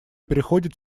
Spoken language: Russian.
переходит